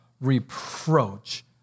reproach